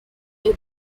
est